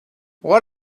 what